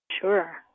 Sure